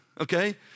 okay